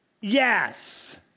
yes